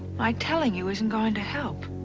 my telling you isn't going to help.